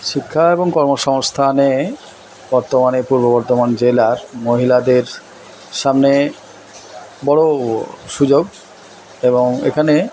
শিক্ষা এবং কর্মসংস্থানে বর্তমানে পূর্ব বর্ধমান জেলার মহিলাদের সামনে বড়ো সুযোগ এবং এখানে